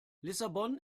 lissabon